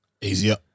Easier